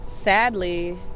Sadly